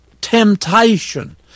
temptation